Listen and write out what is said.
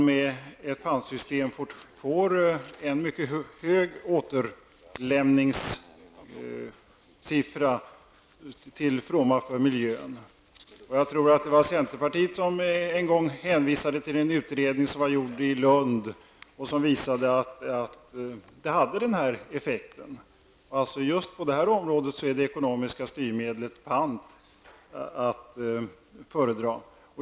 Med ett pantsystem får man en mycket hög återlämningssiffra till fromma för miljön. Jag tror att det var centerpartiet som en gång hänvisade till en utredning i Lund som visade att pantsystem hade den effekten. Just på detta område måste det ekonomiska styrmedlet pant vara att föredra.